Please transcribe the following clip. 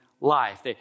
life